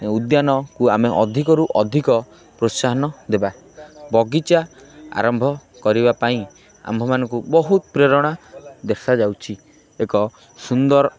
ଉଦ୍ୟାନକୁ ଆମେ ଅଧିକରୁ ଅଧିକ ପ୍ରୋତ୍ସାହନ ଦେବା ବଗିଚା ଆରମ୍ଭ କରିବା ପାଇଁ ଆମ୍ଭମାନଙ୍କୁ ବହୁତ ପ୍ରେରଣା ଦେଖାଯାଉଛି ଏକ ସୁନ୍ଦର